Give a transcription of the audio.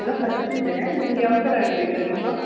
ಎಲ್ಲ ಫ್ರಶ್ ಇದೆ ನಿಮ್ಗೆ ಯಾವ ಥರ ಹಣ್ ಬೇಕಾಗಿತ್ತು